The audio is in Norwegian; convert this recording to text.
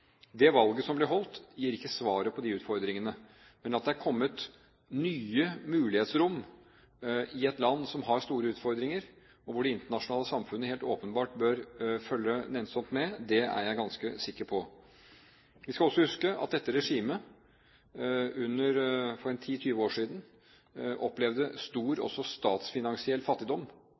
Det valget som ble holdt, gir ikke svaret på de utfordringene. Men at det er kommet nye mulighetsrom i et land som har store utfordringer, og hvor det internasjonale samfunnet helt åpenbart bør følge nennsomt med, det er jeg ganske sikker på. Vi skal også huske at dette regimet for en 10–20 år siden opplevde også stor statsfinansiell fattigdom